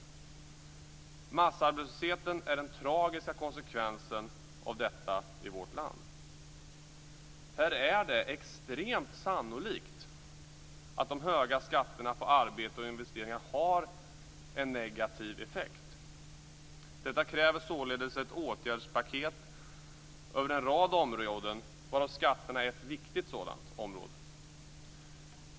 Massarbetslösheten i vårt land är den tragiska konsekvensen av detta. Här är det extremt sannolikt att de höga skatterna på arbete och investeringar har en negativ effekt. Detta kräver således ett åtgärdspaket på en rad områden, varav skatterna är ett viktigt sådant område.